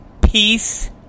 Peace